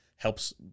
helps